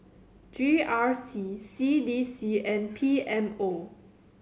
G R C C D C and P M O